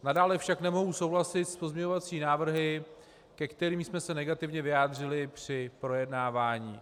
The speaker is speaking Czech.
Nadále však nemohu souhlasit s pozměňovacími návrhy, ke kterým jsme se negativně vyjádřili při projednávání.